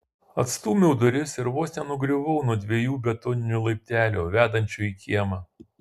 atstūmiau duris ir vos nenugriuvau nuo dviejų betoninių laiptelių vedančių į kiemą